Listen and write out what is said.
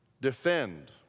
Defend